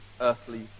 earthly